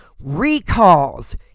Recalls